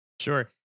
Sure